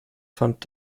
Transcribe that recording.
fand